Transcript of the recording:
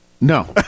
No